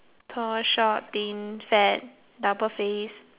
tall short thin fat double face